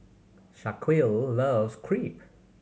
Shaquille loves Crepe